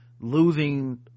losing